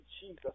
Jesus